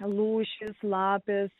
lūšys lapės